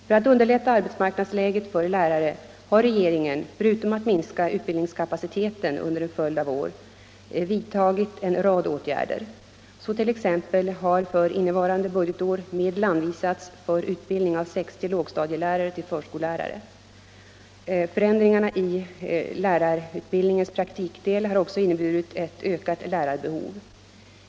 För att underlätta arbetsmarknadsläget för lärare har regeringen, förutom att minska utbildningskapaciteten under en följd av år, vidtagit en rad åtgärder. Så t.ex. har för innevarande budgetår medel anvisats för utbildning av 60 lågstadielärare till förskollärare. Förändringarna i lärarutbildningens praktikdel har också inneburit ett ökat lärarbehov.